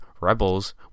rebels